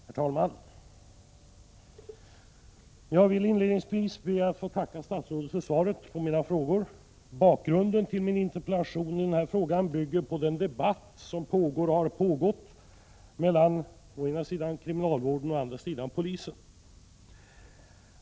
Herr talman! Jag vill inledningsvis tacka statsrådet för svaret på mina frågor. Bakgrunden till min interpellation är den debatt som pågår och har pågått mellan å ena sidan kriminalvården och å andra sidan polisen.